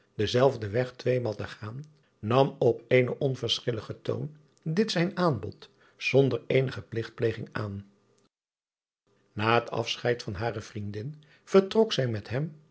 denzelfden weg tweemaal te gaan nam op eenen onverschilligen toon dit zijn aanbod zonder eenige pligtpleging aan a het afscheid van hare vriendin vertrok zij met hem